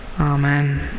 Amen